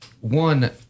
One